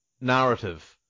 narrative